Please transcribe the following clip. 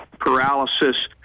paralysis